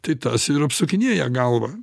tai tas ir apsukinėja galvą